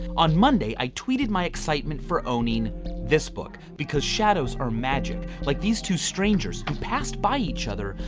on monday i tweeted my excitement for owning this book, because shadows are magic. like these two strangers who passed by each other,